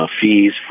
Fees